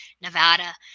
Nevada